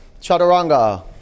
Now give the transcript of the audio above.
Chaturanga